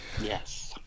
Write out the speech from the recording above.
Yes